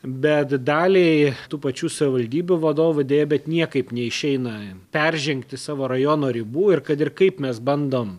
bet daliai tų pačių savivaldybių vadovų deja bet niekaip neišeina peržengti savo rajono ribų ir kad ir kaip mes bandom